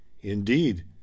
Indeed